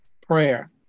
prayer